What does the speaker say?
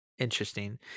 Interesting